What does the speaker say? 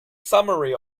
summary